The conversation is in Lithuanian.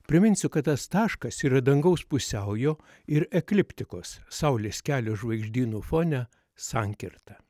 priminsiu kad tas taškas yra dangaus pusiaujo ir ekliptikos saulės kelio žvaigždynų fone sankirta